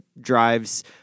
drives